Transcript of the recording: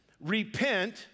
repent